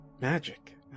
magic